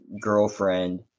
girlfriend